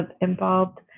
involved